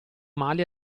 male